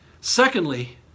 Secondly